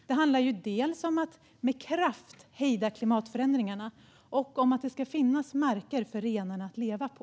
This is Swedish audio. Det handlar om att med kraft hejda klimatförändringarna och att det ska finnas marker för renarna att leva på.